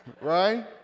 right